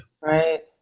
Right